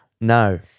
No